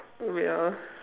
wait ah